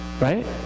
right